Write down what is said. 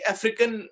African